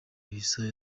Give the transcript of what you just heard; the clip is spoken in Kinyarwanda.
isaha